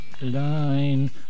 line